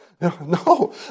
No